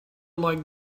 like